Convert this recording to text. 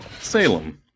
Salem